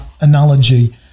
analogy